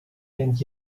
and